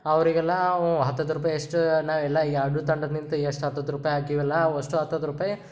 ಅವರಿಗೆಲ್ಲ ನಾವು ಹತ್ತತ್ತು ರೂಪಾಯಿ ಅಷ್ಟು ನಾವೆಲ್ಲ ಈಗ ಎರಡೂ ತಂಡ ನಿಂತು ಎಷ್ಟು ಹತ್ತತ್ತು ರೂಪಾಯಿ ಹಾಕಿವೆಲ್ಲ ಅವಷ್ಟೂ ಹತ್ತತ್ತು ರೂಪಾಯಿ